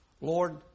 Lord